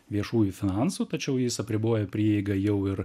viešųjų finansų tačiau jis apriboja prieigą jau ir